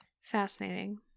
Fascinating